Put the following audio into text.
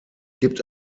gibt